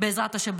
בעזרת השם,